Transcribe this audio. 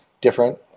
different